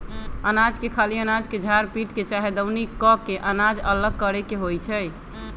अनाज के खाली अनाज के झार पीट के चाहे दउनी क के अनाज अलग करे के होइ छइ